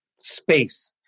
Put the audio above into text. space